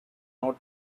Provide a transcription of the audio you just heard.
not